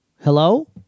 Hello